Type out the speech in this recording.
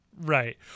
Right